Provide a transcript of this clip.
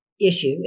issue